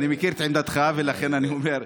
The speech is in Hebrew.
אני מכיר את עמדתך, ולכן אני אומר.